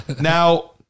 Now